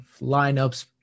lineups